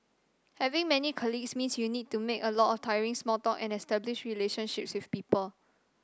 having many colleagues means you need to make a lot of tiring small talk and establish relationships with people